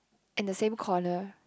in the same corner